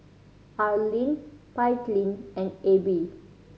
Arlyne Paityn and Abbey